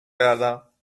کردم